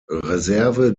reserve